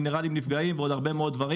המינרלים נפגעים ועוד הרבה מאוד דברים